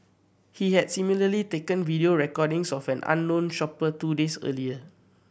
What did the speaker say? he had similarly taken video recordings of an unknown shopper two days earlier